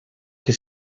que